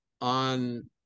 on